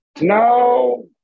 No